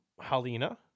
Halina